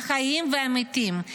החיים והמתים,